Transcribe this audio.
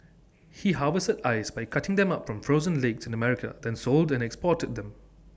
he harvested ice by cutting them up from frozen lakes in America then sold and exported them